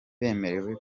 bemerewe